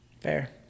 Fair